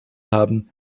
haben